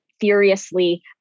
furiously